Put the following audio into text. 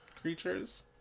creatures